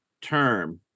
term